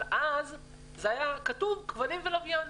אבל אז זה היה כתוב: כבלים ולוויין,